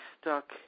stuck